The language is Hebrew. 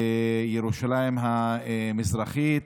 בירושלים המזרחית.